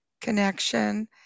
connection